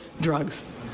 drugs